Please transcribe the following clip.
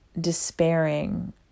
despairing